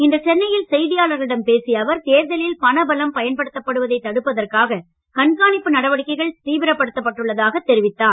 இன்று சென்னையில் செய்தியாளர்களிடம் பேசிய அவர் தேர்தலில் பணபலம் பயன்படுத்தப்படுவதை தடுப்பதற்காக கண்காணிப்பு நடவடிக்கைகள் தீவிரப்படுத்தப்பட்டுள்ளதாக தெரிவித்தார்